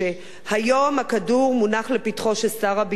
היום הכדור מונח לפתחו של שר הביטחון,